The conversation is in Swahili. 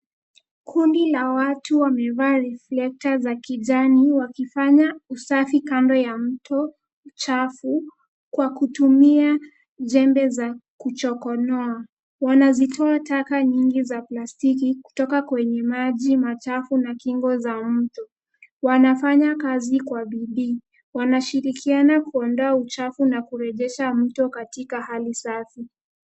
Kundi la watu wamevaa reflector za kijani wakifanya usafi kando ya mto mchafu kwa kutumia jembe za kuchokonoa. Wanazitoa taka nyingi za plastiki kutoka kwenye maji machafu na kingo za mto. Wanafanya kazi kwa bidii. Wanashirikiana kuondoa uchafu na kurejesha mto katika hali safi.